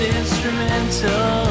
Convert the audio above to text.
instrumental